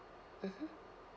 mmhmm